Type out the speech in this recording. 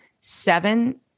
seven